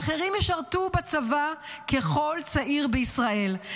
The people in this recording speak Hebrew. ואחרים ישרתו בצבא ככל צעיר בישראל.